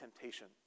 temptation